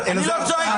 אני לא צועק.